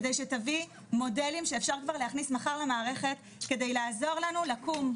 כדי שתביא מודלים שאפשר כבר להכניס מחר למערכת כדי לעזור לנו לקום.